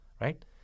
right